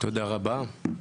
תודה רבה.